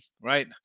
right